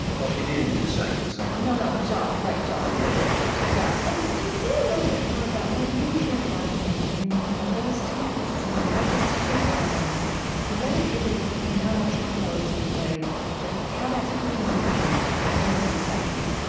well, he didn't do psycho psycho no, no. jaws. right. jaws yeah yeah jaws. yeah and just say a little bit more about what you hear happening in you know those two pieces of music or just choose one of them what it is and how that's composed and played, how that's hooking into the human psyche.